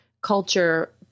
culture